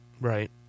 right